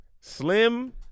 Slim